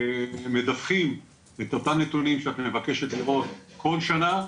מדווחים את אותם נתונים שאת מבקשת לראות כל שנה,